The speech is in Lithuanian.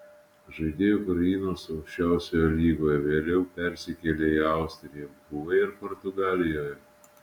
žaidei ukrainos aukščiausioje lygoje vėliau persikėlei į austriją buvai ir portugalijoje